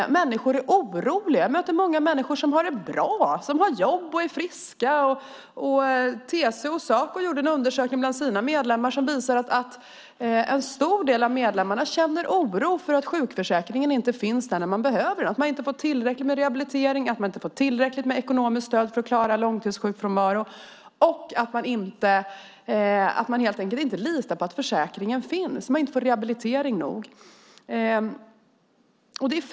Människor är oroliga. Jag möter många som har det bra, har jobb och är friska. TCO och Saco gjorde en undersökning bland sina medlemmar, och den visar att en stor del av medlemmarna känner oro för att sjukförsäkringen inte finns där när man behöver den, att man inte får tillräckligt med rehabilitering, att man inte får tillräckligt med ekonomiskt stöd för att klara en långtidssjukfrånvaro. Man litar helt enkelt inte på att försäkringen finns. Man litar inte på att man får tillräcklig rehabilitering.